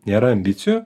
nėra ambicijų